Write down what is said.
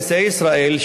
נשיאי ישראל,